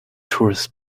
tourists